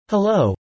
Hello